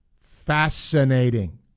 fascinating